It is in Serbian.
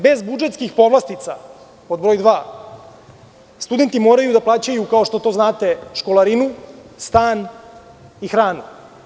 Bez budžetskih povlastica, pod broj dva, studenti moraju da plaćaju, kao što to znate, školarinu, stan i hranu.